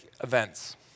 events